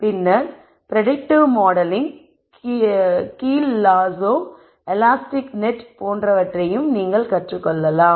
பின்னர் predictive modelling கீழ் lasso elastic net போன்றவற்றை நீங்கள் கற்று கொள்ளலாம்